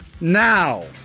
now